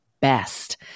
best